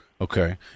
Okay